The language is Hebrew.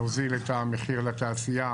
נוזיל את המחיר לתעשייה